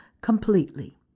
completely